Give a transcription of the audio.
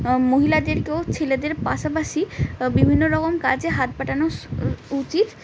মহিলাদেরকেও ছেলেদের পাশাপাশি বিভিন্ন রকম কাজে হাত পাটানো উচিত